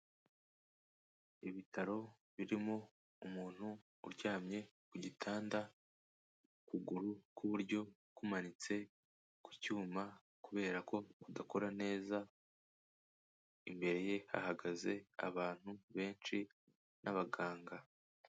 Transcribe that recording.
Ibitaro birimo umuntu uryamye ku gitanda, ukuguru kw'iburyo kumanitse ku cyuma kubera ko udakora neza imbere ye hahagaze abantu benshi n'abaganga.